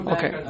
Okay